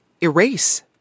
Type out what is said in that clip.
erase